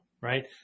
Right